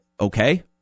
Okay